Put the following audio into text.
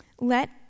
Let